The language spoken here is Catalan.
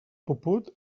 puput